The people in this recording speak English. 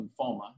lymphoma